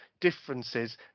differences